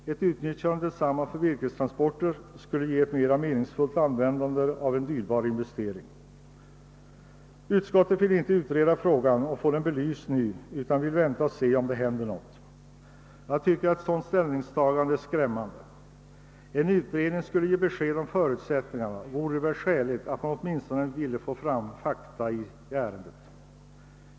Ett utnyttjande av denna bana för virkestransporter skulle ge ett mer meningsfullt användande av en dyrbar investering. Utskottet vill inte utreda frågan och få den belyst nu utan vill vänta och se om det händer något. Jag tycker att ett sådant ställningstagande är skrämmande. En utredning skulle ge besked om förutsättningarna, och det vore väl skäligt att man åtminstone försökte få fram fakta i ärendet.